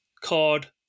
card